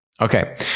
Okay